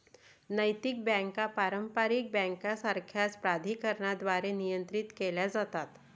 नैतिक बँका पारंपारिक बँकांसारख्याच प्राधिकरणांद्वारे नियंत्रित केल्या जातात